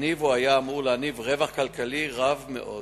הניב או היה אמור להניב רווח כלכלי רב מאוד.